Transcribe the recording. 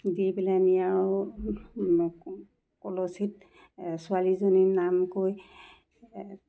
দি পেলানি আৰু কলচীত ছোৱালীজনীৰ ছোৱালী নাম কৈ